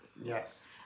Yes